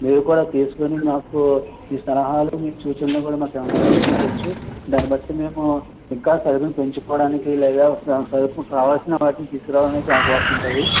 మీరు కూడా తీసుకొని మాకు మీ సలహాలు మీ సూచనలు కూడా మాకేవన్న అందించచ్చు దాని బట్టి మేము ఇంకా సరుకును పెంచుకోవడానికి లేదా దానికొరకు కావలసిన వాటిని తీసుకురావడానికి అవకాశం ఉంటుంది